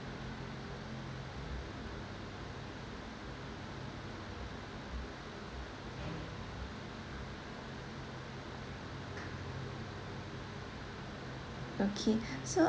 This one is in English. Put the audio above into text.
okay so